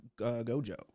Gojo